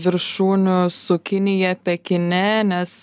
viršūnių su kinija pekine nes